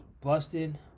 busting